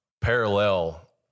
parallel